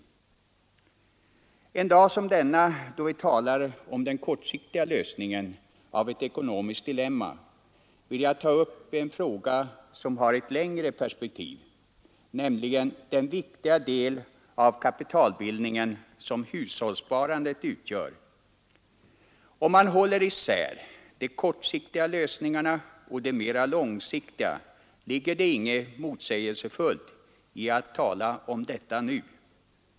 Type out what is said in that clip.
En dag som denna, då vi talar om den kortsiktiga lösningen av ett ekonomiskt dilemma, vill jag ta upp en fråga som har ett längre perspektiv, nämligen den viktiga del av kapitalbildningen som hushållssparandet utgör. Om man håller isär de kortsiktiga lösningarna och de mera långsiktiga, ligger det inget motsägelsefullt i att tala om detta nu.